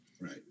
Right